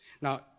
Now